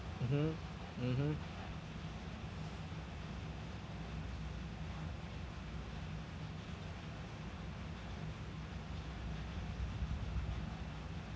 mmhmm mmhmm